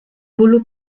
polo